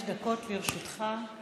חמש דקות לרשותך.